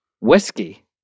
Whiskey